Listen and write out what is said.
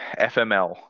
FML